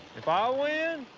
if i win,